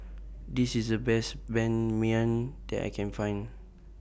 This IS The Best Ban Mian that I Can Find